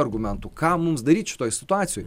argumentų kam mums daryt šitoj situacijoj